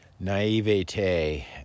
naivete